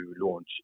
launch